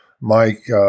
Mike